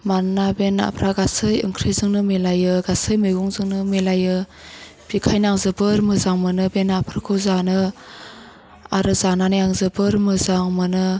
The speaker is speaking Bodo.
मानोना बे नाफ्रा गासै ओंख्रिजोंनो मिलायो गासै मैगंजोंनो मिलायो बिखायनो आं जोबोर मोजां मोनो बे नाफोरखौ जानो आरो जानानै आं जोबोर मोजां मोनो